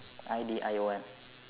I D I O M